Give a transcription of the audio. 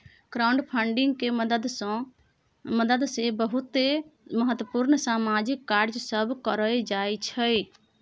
crowdfunding के मदद से बहुते महत्वपूर्ण सामाजिक कार्य सब करल जाइ छइ